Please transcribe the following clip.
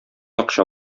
акча